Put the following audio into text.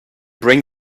bring